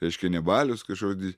reiškia ne balius kažkoks di